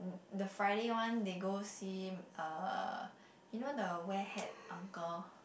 the Friday one they go see uh you know the wear hat uncle